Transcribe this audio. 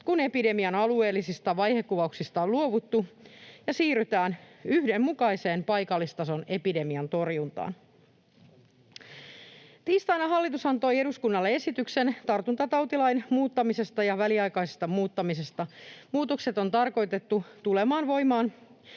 kun epidemian alueellisista vaihekuvauksista on luovuttu ja siirrytään yhdenmukaiseen paikallistason epidemiantorjuntaan. Tiistaina hallitus antoi eduskunnalle esityksen tartuntatautilain muuttamisesta ja väliaikaisesta muuttamisesta. Muutokset on tarkoitettu olemaan voimassa